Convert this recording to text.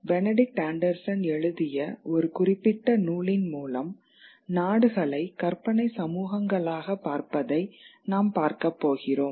Benedict Anderson எழுதிய ஒரு குறிப்பிட்ட நூலின் மூலம் நாடுகளை கற்பனை சமூகங்களாக பார்ப்பதை நாம் பார்க்கப்போகிறோம்